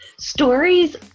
Stories